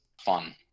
fun